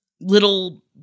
little